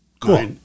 Cool